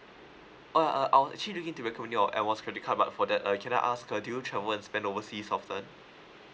uh uh I was actually looking to recommend you our air miles credit card but before that uh can I ask uh do you travel and spend overseas often